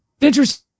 interesting